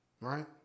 Right